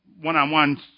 One-on-one